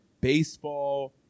baseball